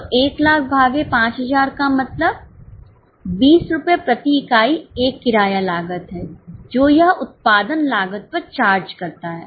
तो 100000 भागे 5000 का मतलब 20 रुपये प्रति इकाई एक किराया लागत है जो यह उत्पादन लागत पर चार्ज करता है